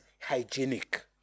hygienic